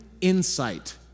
insight